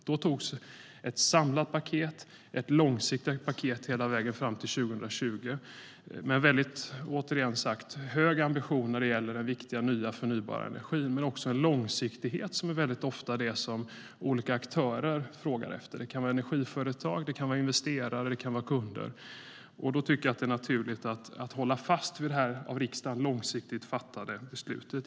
Då antogs ett samlat, långsiktigt paket hela vägen fram till 2020 med väldigt hög ambition vad gäller den viktiga nya förnybara energin men också en långsiktighet som väldigt ofta är det som olika aktörer frågar efter. Det kan vara energiföretag, investerare eller kunder. Det är då naturligt att hålla fast vid det av riksdagen långsiktigt fattade beslutet.